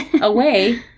away